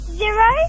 zero